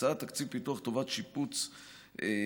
הקצאת תקציב פיתוח לטובת שיפוץ מבנים,